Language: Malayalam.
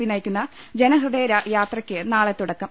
പി നയിക്കുന്ന ജനഹൃദയ യാത്രയ്ക്ക് നാളെ തുടക്കം